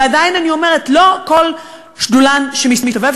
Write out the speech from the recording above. ועדיין אני אומרת לא כל שדולן שמסתובב